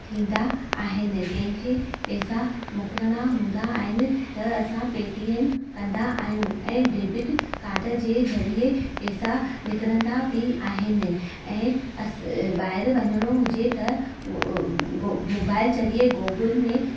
थींदा आहिनि कंहिंखे पेसा मोकिलणा हूंदा आहिनि त असां पेटीएम कंदा आहियूं ऐं डेबिट काड जे ज़रिए पेसा निकरंदा बि आहिनि ऐं अस अ ॿाहिरि वञिणो हुजे त उ मोबाइल ज़रिए गोगुल में